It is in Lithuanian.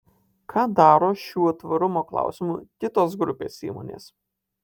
ką daro šiuo tvarumo klausimu kitos grupės įmonės